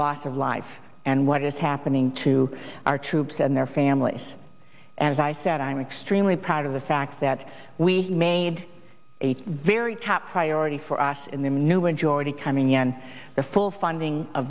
loss of life and what is happening to our troops and their families as i said i'm extremely proud of the fact that we made a very top priority for us in the new majority coming in the full funding